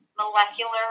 molecular